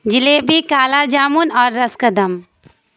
جلیبی کالا جامن اور رس کدم